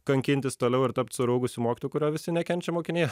kankintis toliau ir tapt suraugusiu mokytoju kurio visi nekenčia mokiniai